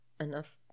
enough